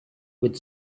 with